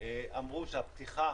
אמרו שהפתיחה